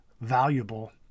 valuable